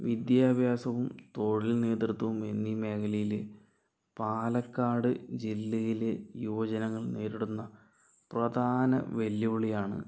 വിദ്യാഭ്യാസവും തൊഴിൽ നേതൃത്വവും എന്നീ മേഖലയില് പാലക്കാട് ജില്ലയില് യുവജനങ്ങൾ നേരിടുന്ന പ്രധാന വെല്ലുവിളിയാണ്